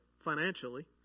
financially